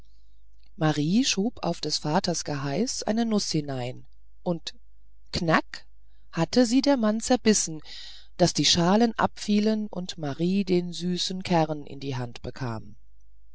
marie schob auf des vaters geheiß eine nuß hinein und knack hatte sie der mann zerbissen daß die schalen abfielen und marie den süßen kern in die hand bekam